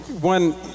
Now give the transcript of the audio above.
One